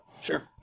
Sure